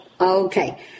okay